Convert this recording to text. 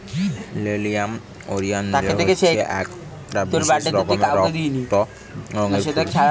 nerium oleander হচ্ছে একটা বিশেষ রকমের রক্ত রঙের ফুল